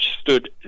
stood